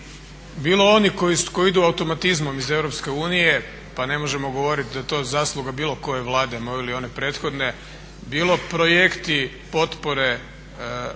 bilo oni koji idu automatizmom iz EU, pa ne možemo govoriti da je to zasluga bilo koje vlade, moje ili one prethodne, bilo projekti potpore